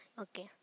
Okay